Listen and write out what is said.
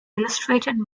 illustrated